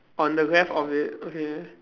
on the left of it okay